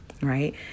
right